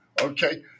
Okay